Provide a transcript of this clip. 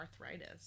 arthritis